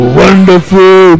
wonderful